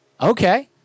okay